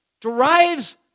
derives